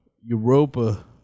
Europa